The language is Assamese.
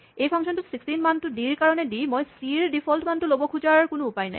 এই ফাংচনটোত ১৬ মানটো ডি ৰ কাৰণে দি মই চি ৰ ডিফল্ট মানটো ল'ব খোজাৰ কোনো উপায় নাই